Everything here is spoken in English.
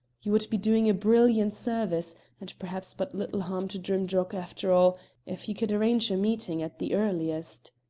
you would be doing a brilliant service and perhaps but little harm to drimdarroch after all if you could arrange a meeting at the earliest.